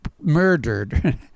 murdered